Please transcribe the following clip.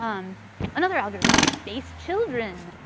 um another algorithm, space children.